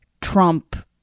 trump